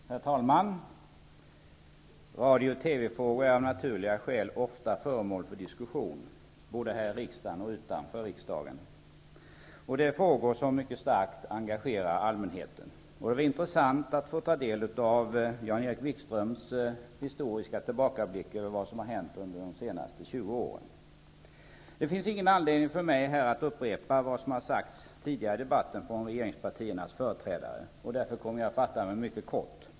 Herr talman! Radio och TV-frågor är av naturliga skäl ofta föremål för diskussion, både här i riksdagen och utanför riksdagen. Det är frågor som mycket starkt engagerar allmänheten. Det var intressant att få ta del av Jan-Erik Wikströms historiska tillbakablick över vad som har hänt under de senaste 20 åren. Det finns ingen anledning för mig att upprepa vad som har sagts tidigare i debatten från regeringspartiernas företrädare. Därför kommer jag att fatta mig mycket kort.